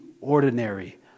ordinary